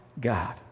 God